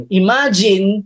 imagine